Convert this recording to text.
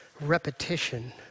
repetition